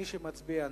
מי שמצביע נגד,